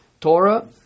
Torah